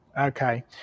Okay